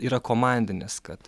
yra komandinis kad